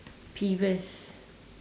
peeves